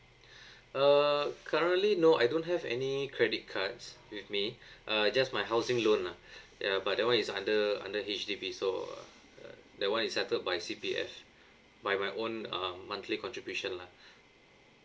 err currently no I don't have any credit cards with me uh just my housing loan ah ya but that [one] is under under H_D_B so uh that [one] is settled by C_P_F by my own uh monthly contribution lah